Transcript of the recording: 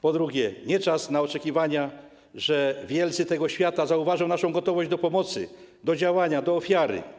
Po drugie, nie czas na oczekiwania, że wielcy tego świata zauważą naszą gotowość do pomocy, do działania, do ofiary.